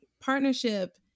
partnership